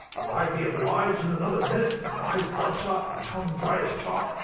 will i be obliged in another minute, my eyes bloodshot and tongue dry as chalk,